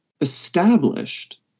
established